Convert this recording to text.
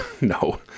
No